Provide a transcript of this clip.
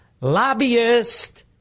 Lobbyist